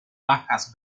franjas